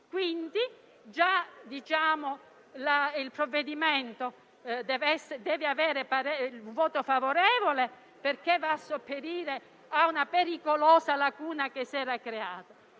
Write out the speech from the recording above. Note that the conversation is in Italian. Italy.* Già il provvedimento merita il voto favorevole perché va a sopperire a una pericolosa lacuna che si era creata,